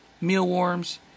mealworms